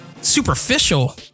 superficial